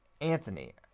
Anthony